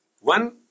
one